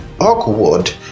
awkward